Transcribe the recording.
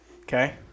Okay